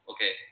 Okay